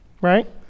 right